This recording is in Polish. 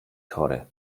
chory